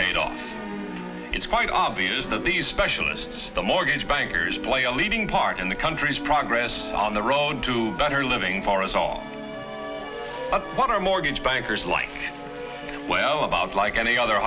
paid off it's quite obvious that these specialists the mortgage bankers play a leading part in the country's progress on the road to better living for us all on our mortgage bankers life well about like any other